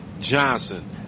Johnson